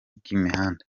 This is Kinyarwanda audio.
bw’imihanda